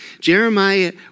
Jeremiah